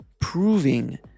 proving